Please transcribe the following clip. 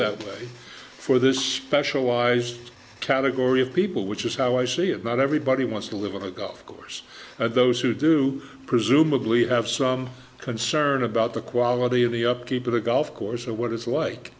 that for this specialized category of people which is how i see it not everybody wants to live on a golf course those who do presumably have some concern about the quality of the upkeep of the golf course or what it's like